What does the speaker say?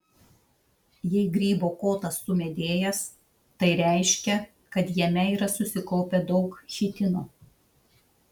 jei grybo kotas sumedėjęs tai reiškia kad jame yra susikaupę daug chitino